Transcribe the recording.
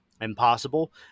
Impossible